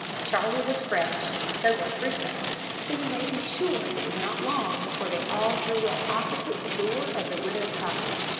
charlie was fresh, and so was crusoe so you may be sure it was not long before they all drew up opposite the door of the widow's cottage.